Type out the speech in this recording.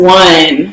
one